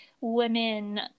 women